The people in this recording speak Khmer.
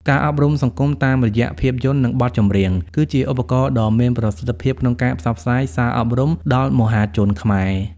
ការអប់រំសង្គមតាមរយៈភាពយន្ត និងបទចម្រៀង គឺជាឧបករណ៍ដ៏មានប្រសិទ្ធភាពក្នុងការផ្សព្វផ្សាយសារអប់រំដល់មហាជនខ្មែរ។